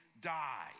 die